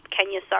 Kenya